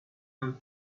him